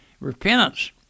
repentance